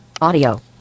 audio